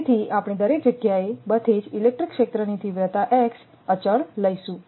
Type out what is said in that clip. તેથી આપણે દરેક જગ્યાએ બધે જ ઇલેક્ટ્રિક ક્ષેત્રની તીવ્રતા x અચળ લઈશું